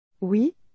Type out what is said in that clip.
Oui